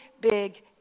big